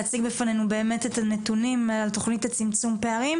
להציג בפנינו את הנתונים על התכנית לצמצום פערים.